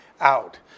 out